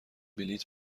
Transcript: بلیط